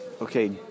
Okay